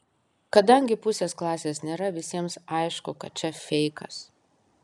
kadangi pusės klasės nėra visiems aišku kad čia feikas